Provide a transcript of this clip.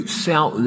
sell